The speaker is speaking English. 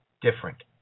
different